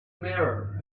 mirror